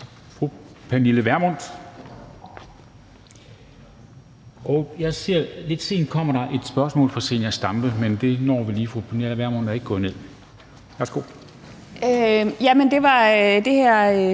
Det var